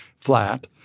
flat